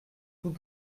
tout